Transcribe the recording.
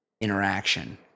interaction